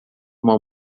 uma